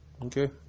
Okay